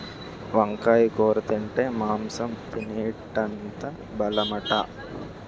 వంకాయ కూర తింటే మాంసం తినేటంత బలమట